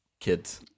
kids